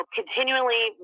continually